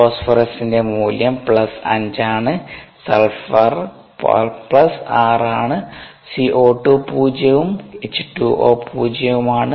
ഫോസ്ഫറസിന്റെ മൂല്യം 5 ആണ് സൾഫർ 6 ആണ് CO2 0 ഉം H2O 0 ഉം ആണ്